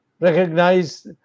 recognize